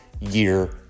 year